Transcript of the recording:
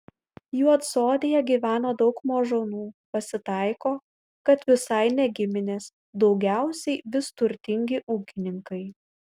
juodsodėje gyvena daug mažonų pasitaiko kad visai ne giminės daugiausiai vis turtingi ūkininkai